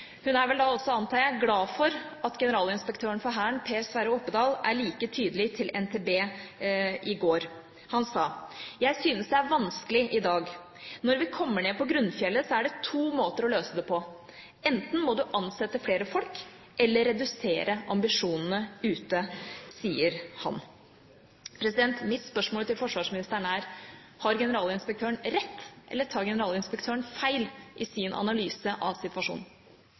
Hun er vel da også, antar jeg, glad for at generalinspektøren for Hæren, Per Sverre Opedal, er like tydelig til NTB i går. Han sa: «Jeg synes det er vanskelig i dag. Når vi kommer ned på grunnfjellet, så er det to måter å løse det på: Enten må du ansette flere folk, eller redusere ambisjonene ute.» Mitt spørsmål til forsvarsministeren er: Har generalinspektøren rett eller tar generalinspektøren feil i sin analyse av situasjonen?